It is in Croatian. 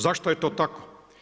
Zašto je to tako?